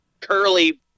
curly